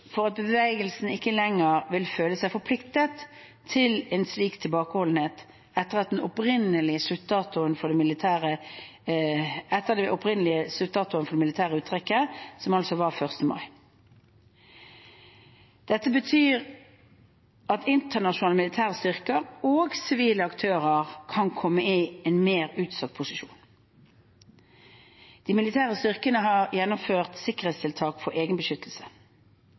for at bevegelsen ikke lenger vil føle seg forpliktet til en slik tilbakeholdenhet etter den opprinnelige sluttdatoen for det militære uttrekket, som var 1. mai. Dette betyr at internasjonale militære styrker og sivile aktører kan komme i en mer utsatt posisjon. De militære styrkene har gjennomført sikkerhetstiltak for